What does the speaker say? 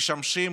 משמשים